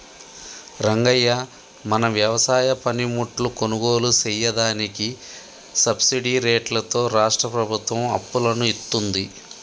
రంగయ్య మన వ్యవసాయ పనిముట్లు కొనుగోలు సెయ్యదానికి సబ్బిడి రేట్లతో రాష్ట్రా ప్రభుత్వం అప్పులను ఇత్తుంది